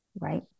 right